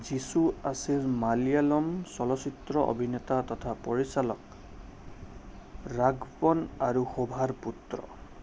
জিষ্ণু আছিল মালয়ালম চলচিত্ৰ অভিনেতা তথা পৰিচালক ৰাঘবন আৰু শোভাৰ পুত্ৰ